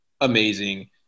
amazing